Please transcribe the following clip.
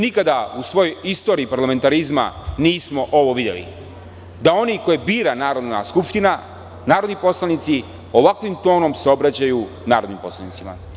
Nikada u svojoj istoriji parlamentarizma nismo ovo videli, da oni koje bira Narodna skupština, narodni poslanici, ovakvim tonom se obraćaju narodnim poslanicima.